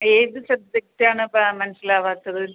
ഏത് സബ്ജക്ട് ആണ് അപ്പം മനസ്സിലാവാത്തത്